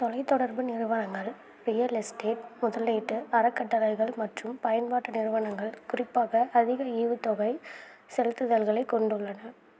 தொலைத்தொடர்பு நிறுவனங்கள் real estate முதலீட்டு அறக்கட்டளைகள் மற்றும் பயன்பாட்டு நிறுவனங்கள் குறிப்பாக அதிக ஈவுத்தொகை செலுத்துதல்களைக் கொண்டுள்ளன